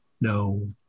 no